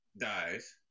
dies